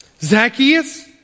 Zacchaeus